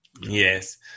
Yes